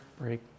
break